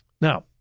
Now